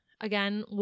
again